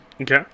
Okay